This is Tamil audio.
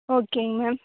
ஓகேங்க மேம்